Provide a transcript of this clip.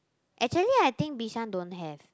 actually I think Bishan don't have